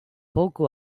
poco